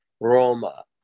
Roma